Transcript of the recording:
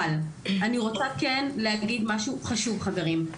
אבל, אני רוצה כן להגיד משהו חשוב חברים.